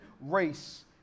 race